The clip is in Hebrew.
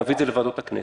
נביא את זה לוועדות הכנסת.